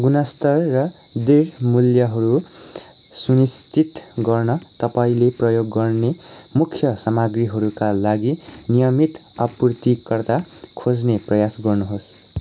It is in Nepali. गुणस्तर र दृढ मूल्यहरू सुनिश्चित गर्न तपाईँँले प्रयोग गर्ने मुख्य सामाग्रीहरूका लागि नियमित आपूर्तिकर्ता खोज्ने प्रयास गर्नुहोस्